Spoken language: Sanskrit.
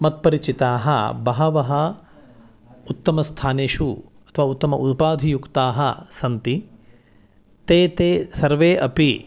मत्परिचिताः बहवः उत्तमस्थानेषु अथवा उत्तम उपाधियुक्ताः सन्ति ते ते सर्वे अपि